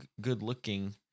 good-looking